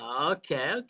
okay